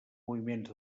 moviments